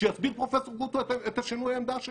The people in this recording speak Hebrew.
שיסביר פרופסור גרוטו את שינוי העמדה שלהם.